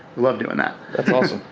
love doing that. that's awesome.